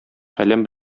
каләм